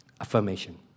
Affirmation